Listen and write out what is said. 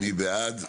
מי בעד?